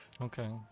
Okay